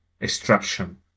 extraction